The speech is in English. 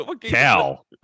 Cal